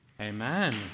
Amen